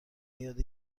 یاد